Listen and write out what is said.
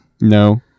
No